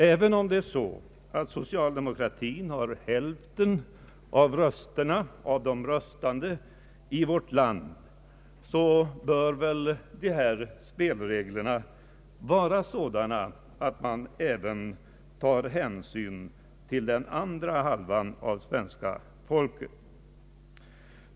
Även om socialdemokratin har hälften av rösterna i vårt land så bör väl spelreglerna vara sådana att hänsyn tas också till den andra hälften av det svenska folket.